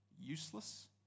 useless